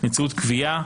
ובאמצעות קביעה